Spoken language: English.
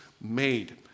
made